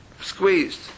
squeezed